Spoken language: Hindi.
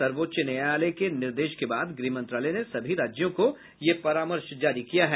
सर्वोच्च न्यायालय के निर्देश के बाद गृहमंत्रालय ने सभी राज्यों को यह परामर्श जारी किया है